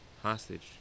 Hostage